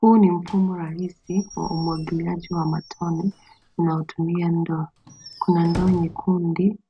Huu ni mfumo rahisi wa umwagiliaji wa matone unaotumia ndoo. Kuna ndoo